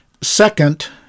Second